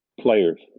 players